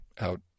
out